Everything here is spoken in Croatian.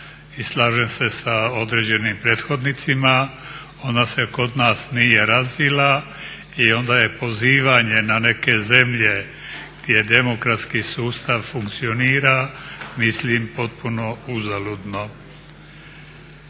slažem se sa određenim prethodnicima ona se kod nas nije razvila i onda je pozivanje na neke zemlje gdje demokratski sustav funkcionira mislim potpuno uzaludno.